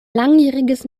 langjähriges